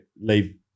leave